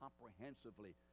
comprehensively